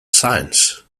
science